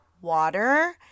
water